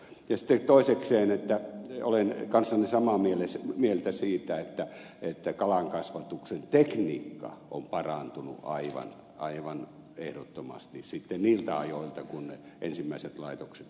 sitten toisekseen olen kanssanne samaa mieltä siitä että kalankasvatuksen tekniikka on parantunut aivan ehdottomasti niiltä ajoilta kun ensimmäiset laitokset sinne tulivat